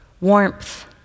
warmth